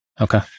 Okay